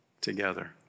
together